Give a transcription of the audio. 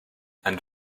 and